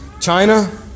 China